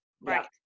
right